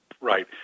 Right